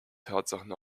tatsachen